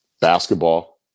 basketball